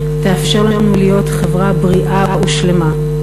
תאפשר לנו להיות חברה בריאה ושלמה,